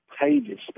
pages